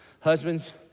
Husbands